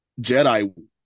Jedi